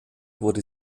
wurde